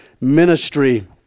ministry